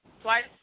twice